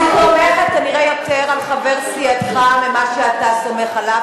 אני סומכת כנראה על חבר סיעתך יותר ממה שאתה סומך עליו,